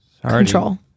Control